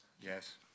Yes